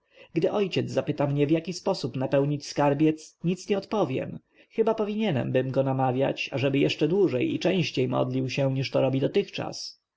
gdy ojciec spyta mnie w jaki sposób napełnić skarbiec nic nie odpowiem chyba powinienbym go namawiać ażeby jeszcze dłużej i częściej modlił się niż to robi dotychczas